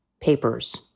Papers